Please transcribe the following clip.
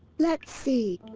let's see.